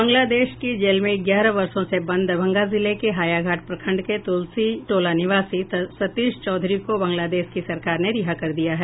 बांग्लादेश की जेल में ग्यारह वर्षो से बंद दरभंगा जिले के हायाघाट प्रखंड के तुलसी टोला निवासी सतीश चौधरी को बांग्लादेश की सरकार ने रिहा कर दिया है